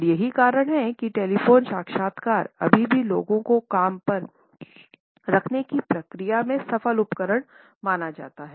और यही कारण है कि टेलीफोनिक साक्षात्कार अभी भी लोगों को काम पर रखने की प्रक्रिया में सफल उपकरण माना जाता है